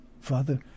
Father